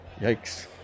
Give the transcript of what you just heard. Yikes